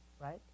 Right